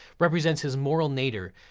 represents his moral nadir,